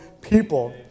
people